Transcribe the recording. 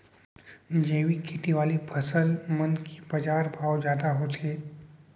जैविक खेती वाले फसल मन के बाजार भाव जादा होथे